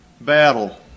battle